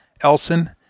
Elson